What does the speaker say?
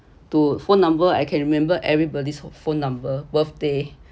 to phone number I can remember everybody's phone number birthday